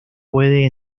puede